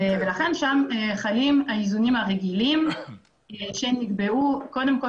לכן שם חלים האיזונים הרגילים שנקבעו קודם כל